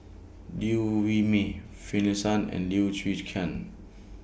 Liew Wee Mee Finlayson and Lim Chwee Chian